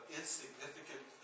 insignificant